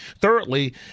Thirdly